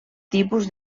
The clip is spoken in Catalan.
tipus